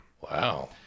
wow